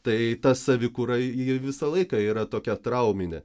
tai ta savikūrai ji visą laiką yra tokia trauminė